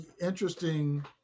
interesting